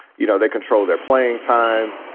you know, they control their playing time.